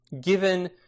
Given